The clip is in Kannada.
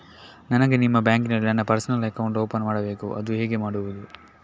ನನಗೆ ನಿಮ್ಮ ಬ್ಯಾಂಕಿನಲ್ಲಿ ನನ್ನ ಪರ್ಸನಲ್ ಅಕೌಂಟ್ ಓಪನ್ ಮಾಡಬೇಕು ಅದು ಹೇಗೆ ಮಾಡುವುದು?